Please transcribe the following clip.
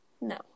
No